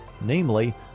namely